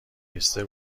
هیپستر